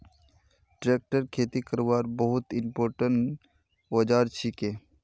tractor खेती करवार बहुत इंपोर्टेंट औजार छिके